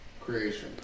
creation